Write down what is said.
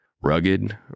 Rugged